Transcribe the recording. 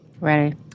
Ready